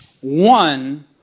one